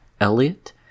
Elliot